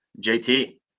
JT